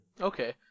Okay